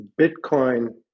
Bitcoin